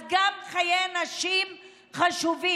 אז גם חיי נשים חשובים.